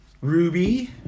ruby